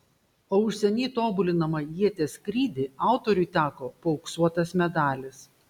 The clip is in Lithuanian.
o už seniai tobulinamą ieties skrydį autoriui teko paauksuotas medalis